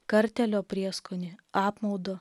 kartėlio prieskonį apmaudo